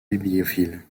bibliophile